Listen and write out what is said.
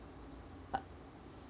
uh